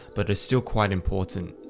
but are still quite important.